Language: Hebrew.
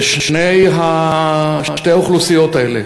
ושתי האוכלוסיות האלה,